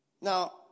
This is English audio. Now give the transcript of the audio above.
Now